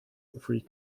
three